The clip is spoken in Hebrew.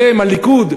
אתם הליכוד,